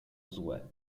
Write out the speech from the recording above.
złe